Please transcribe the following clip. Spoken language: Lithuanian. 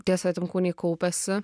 tie svetimkūniai kaupiasi